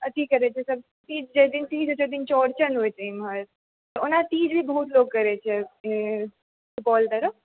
अथी करै छै सब जाहि दिन तीज होइ छै जाहि दिन चौड़चन होइ छै इम्हर ओना तीज भी बहुत लोक करै छै सुपौल तरफ